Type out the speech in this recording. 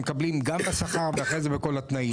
מקבלים גם את השכר ואחרי זה את כל התנאים.